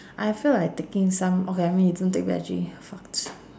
I feel like taking some okay I mean you don't take veggie fuck